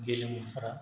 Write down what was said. गेलेमुफोरा